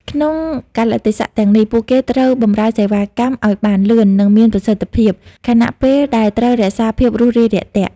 ក្នុងកាលៈទេសៈទាំងនេះ ពួកគេត្រូវបម្រើសេវាកម្មឲ្យបានលឿន និងមានប្រសិទ្ធភាព ខណៈពេលដែលត្រូវរក្សាភាពរួសរាយរាក់ទាក់។